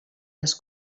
les